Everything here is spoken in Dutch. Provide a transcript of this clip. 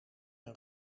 een